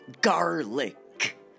garlic